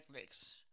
Netflix